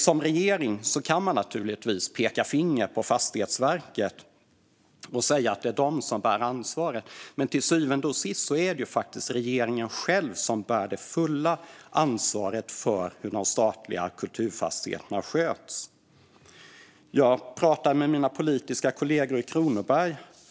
Som regering kan man naturligtvis peka finger på Statens fastighetsverk, men till syvende och sist är det faktiskt regeringen själv som bär det fulla ansvaret för hur de statliga kulturfastigheterna sköts. För några dagar sedan pratade jag med mina politiska kollegor i Kronoberg.